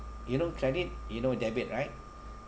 you know credit you know debit right